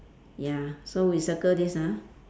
ya so we circle this ah